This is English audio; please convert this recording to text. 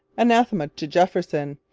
anathema to jefferson.